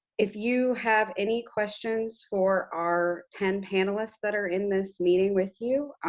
if you have any questions for our ten panelists that are in this meeting with you,